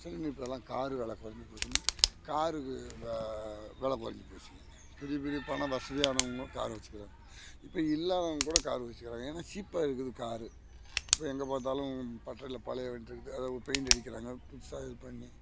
சரினு இப்போ எல்லாம் காரு வில குறஞ்சி போச்சின்னு காருக்கு வில குறஞ்சிபோச்சிங்க பெரிய பெரிய பணம் வசதியானவங்க காரு வச்சுக்குறாங்க இப்போ இல்லாதவங்க கூட காரு வச்சுக்குறான் ஏன்னா சீப்பாக இருக்குது காரு இப்போ எங்கே பார்த்தாலும் பட்டறையில பழைய வண்டி இருக்கு அதை பெயிண்ட் அடிக்கிறாங்க புதுசாக இது பண்ணி